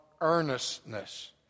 earnestness